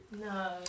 No